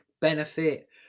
benefit